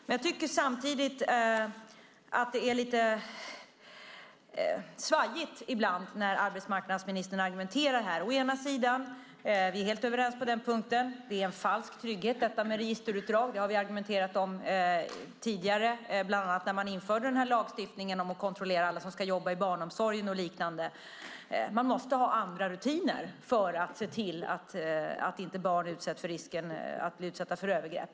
Samtidigt tycker jag att det ibland är lite svajigt när arbetsmarknadsministern argumenterar. Vi är helt överens om att detta med registerutdrag ger en falsk trygghet. Det har vi argumenterat tidigare, bland annat när lagstiftningen om att kontrollera alla som ska jobba inom barnomsorgen och liknande infördes. Man måste ha andra rutiner för att se till att barn inte utsätts för risken att bli utsatta för övergrepp.